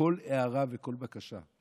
לכל הערה ולכל בקשה,